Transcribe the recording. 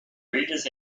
reader’s